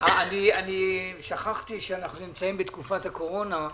אני שכחתי שאנחנו נמצאים בתקופת הקורונה,